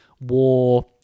war